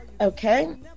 Okay